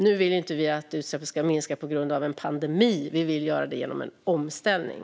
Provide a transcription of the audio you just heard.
Vi vill inte ju att utsläppen ska minska på grund av en pandemi. Vi vill att det görs genom omställning.